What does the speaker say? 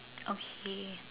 okay